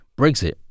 Brexit